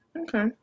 Okay